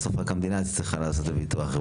בסוף רק המדינה הצליחה לעשות את הביטוח.